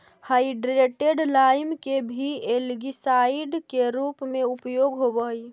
hydrated lime के भी algicide के रूप में उपयोग होव हई